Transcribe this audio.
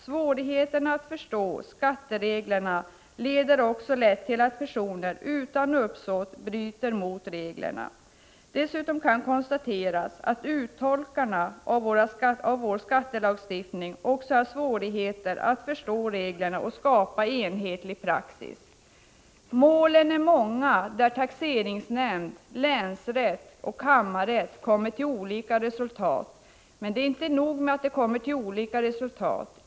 Svårigheterna att förstå skattereglerna leder också lätt till att personer utan uppsåt bryter mot reglerna. Dessutom kan konstateras att uttolkarna av vår skattelagstiftning också har svårigheter att förstå reglerna och skapa enhetlig praxis. Målen är många där taxeringsnämnd, länsrätt och kammarrätt kommer till olika resultat. Men det är inte nog med att de kommer till olika resultat.